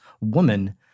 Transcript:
woman—